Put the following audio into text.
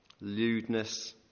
lewdness